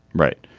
right.